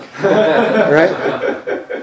right